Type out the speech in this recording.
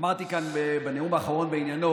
אמרתי כאן בנאום האחרון בעניינו